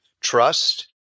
trust